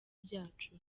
byacu